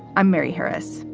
i'm mary harris.